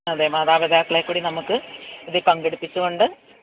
അതെ മാതാപിതാക്കളെക്കൂടി നമുക്ക് ഇതില് പങ്കെടുപ്പിച്ചുകൊണ്ട്